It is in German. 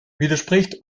widerspricht